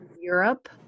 Europe